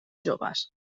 joves